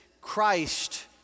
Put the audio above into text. Christ